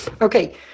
Okay